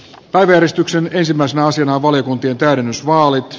päivystyksen ensimmäisenä asiana valiokuntien lausunto